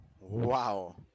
wow